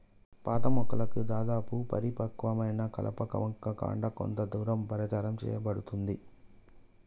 పాత మొక్కల దాదాపు పరిపక్వమైన కలప యొక్క కాండం కొంత దూరం ప్రచారం సేయబడుతుంది